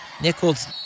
Nichols